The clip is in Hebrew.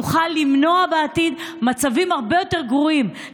נוכל למנוע בעתיד מצבים הרבה יותר גרועים.